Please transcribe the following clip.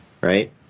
Right